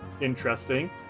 interesting